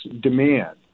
demand